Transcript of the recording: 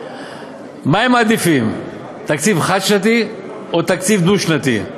מה הם מעדיפים, תקציב חד-שנתי או תקציב דו-שנתי,